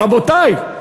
רבותי,